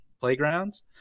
playgrounds